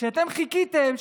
שאתם חיכיתם,